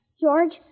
George